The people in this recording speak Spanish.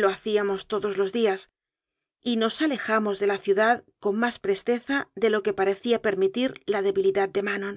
lo hacíamos to dos los días y nos alejamos de la ciudad con más presteza de lo que parecía permitir la debili dad de manon